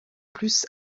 plus